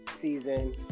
season